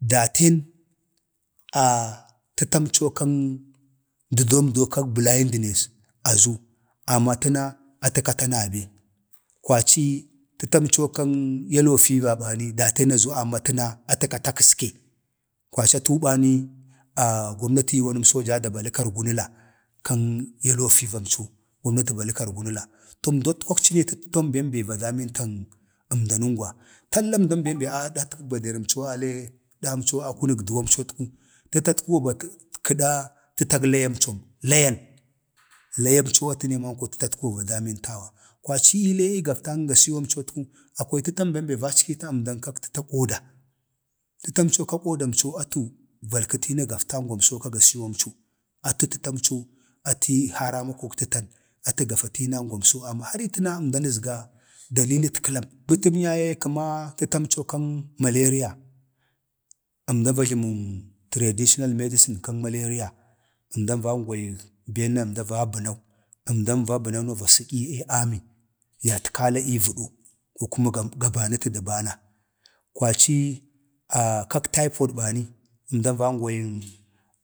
da tan a adhatkuwan kan blindness azu amma tana atakata nabe kwaci tətamco kan yellow fever bani atəna azu amma tana ata kata kaske, kwaci atuu bani gomnating gwamco da balə kargunəla, atəm co kan yello bem be va damintan əmda nəngwa tala tətakwan bem be adhatkək baderimco alee akunək duwamcotku, tətan bem be kədaa tətag layamco. atə ne atu va damintawa. kwaci ii liine ii gaftan aasiiwamcotku akwai tətan bem be vackitan əmdan gama tamco ka koda, tətamco ka kodamco ka kodamco atə haramək tətan, atə gafa tiinangwamso amma har atəyi haramak tətan tu gafa tinangamso kwari har ii təna əmdan əzga dalilitkəlam kəma tətamco kan maleriyau, əmda va jiəmən tradition medicine kan maleriya əmda vangwayin benna əmda va bənau, əmdan za bənəna va sədyii amən, valkala ii vədau kwaci, a kak taipod bani əmda vangwaying